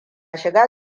shiga